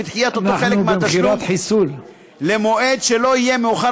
ודחיית אותו חלק מהתשלום למועד שלא יהיה מאוחר